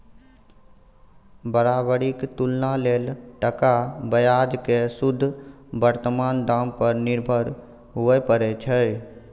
बराबरीक तुलना लेल टका बजार केँ शुद्ध बर्तमान दाम पर निर्भर हुअए परै छै